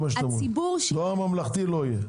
דואר ממלכתי לא יהיה.